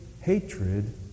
hatred